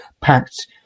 packed